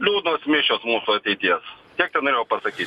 liūdnos mišios mūsų ateities tiek tenorėjau pasakyt